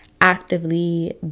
actively